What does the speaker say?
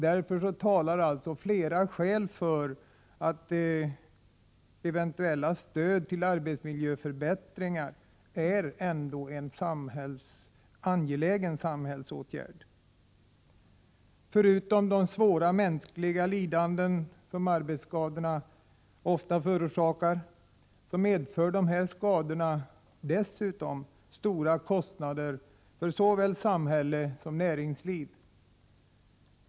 Därför talar flera skäl för att det eventuella stödet till arbetsmiljöförbättringar ändå är en angelägen samhällsåtgärd. Förutom de svåra mänskliga lidanden som arbetsskadorna ofta förorsakar medför de stora kostnader för såväl samhälle som näringsliv.